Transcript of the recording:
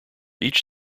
each